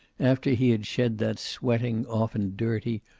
after he had shed that sweating, often dirty,